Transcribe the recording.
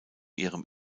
ihrem